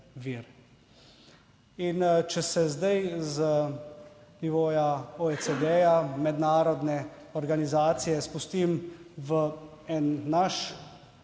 In če se zdaj z nivoja OECD, mednarodne organizacije, spustim v en naš